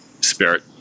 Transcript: spirit